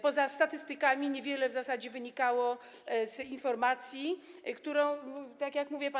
Poza statystykami niewiele w zasadzie wynikało z tej informacji, którą, tak jak mówię, pan